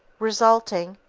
resulting,